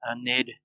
Ned